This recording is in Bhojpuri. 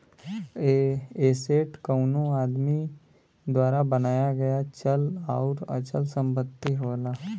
एसेट कउनो आदमी द्वारा बनाया गया चल आउर अचल संपत्ति होला